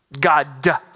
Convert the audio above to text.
God